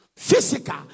physical